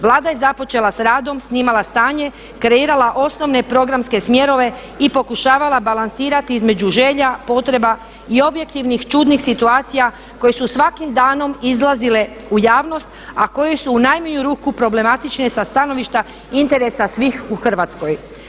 Vlada je započela sa radom, snimala stanje, kreirala osnovne programske smjerove i pokušavala balansirati između želja, potreba i objektivnih čudnih situacija koje su svakim danom izlazile u javnost, a koje su u najmanju ruku problematične sa stanovišta interesa svih u Hrvatskoj.